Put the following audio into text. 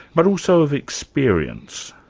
but also of experience.